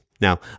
Now